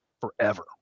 forever